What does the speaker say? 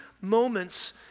moments